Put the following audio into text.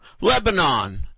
Lebanon